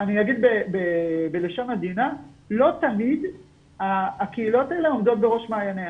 אני אגיד בלשון עדינה שלא תמיד הקהילות האלה עומדות בראש מעייניה